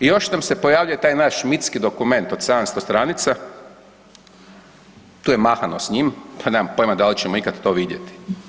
I još nam se pojavljuje taj naš mitski dokument od 700 stranica, tu je mahano s njim, pa nemam pojma da li ćemo ikad to vidjeti.